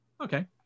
okay